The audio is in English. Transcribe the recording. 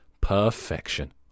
Perfection